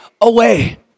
away